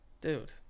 Dude